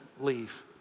leave